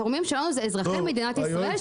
התורמים שלנו הם אזרחי מדינת ישראל,